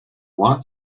want